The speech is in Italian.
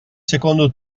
secondo